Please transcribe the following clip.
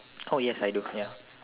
oh yes I do ya